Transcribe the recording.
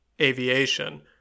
aviation